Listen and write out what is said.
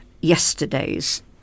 yesterday's